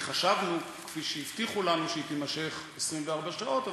כי חשבנו, כפי שהבטיחו לנו, שהיא תימשך 24 שעות.